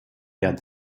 werden